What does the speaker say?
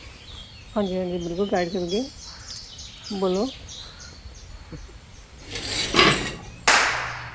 हांजी हांजी बिलकुल गाइड करगे बोल्लो